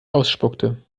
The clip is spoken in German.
ausspuckte